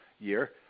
year